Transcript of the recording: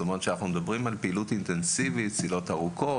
שזה אומר צלילות ארוכות,